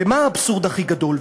ומה האבסורד הכי גדול?